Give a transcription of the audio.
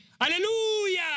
Hallelujah